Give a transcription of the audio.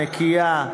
הנקייה.